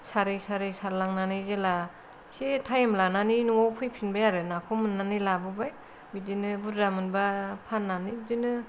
सारै सारै सारलांनानै जेला इसे टाइम लानानै न'आव फैफिनबाय आरो नाखौ मोननानै लाबोबाय बिदिनो बुरजा मोनबा फाननानै बिदिनो